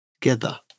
together